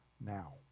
now